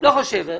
לא חושב.